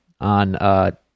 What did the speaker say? on